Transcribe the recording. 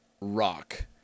Rock